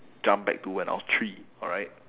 jump back to when I was three alright